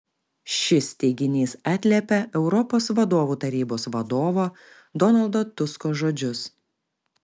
šis teiginys atliepia europos vadovų tarybos vadovo donaldo tusko žodžius